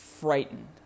frightened